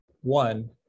One